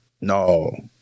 no